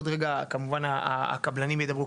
ועוד רגע כמובן הקבלנים ידברו,